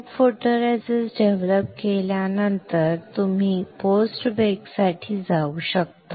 मग photoresist develop केल्यानंतर तुम्ही पोस्ट बेकसाठी जाऊ शकता